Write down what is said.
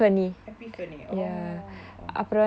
epiphany oh oh